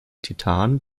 titan